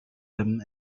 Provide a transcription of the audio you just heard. them